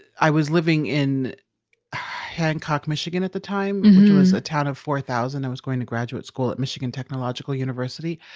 i was living in hancock, michigan at the time, which was a town of four thousand. i was going to graduate school at michigan technological university.